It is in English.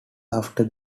after